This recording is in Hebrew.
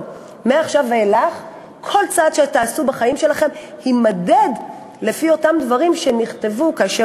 מעכשיו ואילך כל צעד שתעשו בחיים שלכם יימדד לפי אותם דברים שנכתבו כאשר